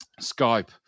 Skype